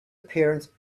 appearance